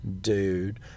dude